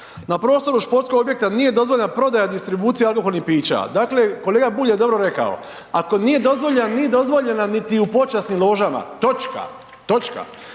„na prostoru športskog objekta nije dozvoljena prodaja i distribucija alkoholnih pića“, dakle kolega Bulj je dobro rekao, ako nije dozvoljeno, nije dozvoljeno niti u počasnim ložama, točka, točka.